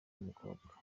n’umukobwa